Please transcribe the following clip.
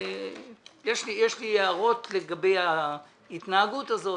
יש לי הערות לגבי ההתנהגות הזאת,